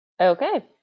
Okay